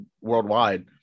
worldwide